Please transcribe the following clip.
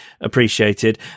appreciated